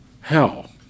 hell